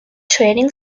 training